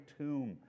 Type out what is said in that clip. tomb